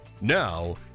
Now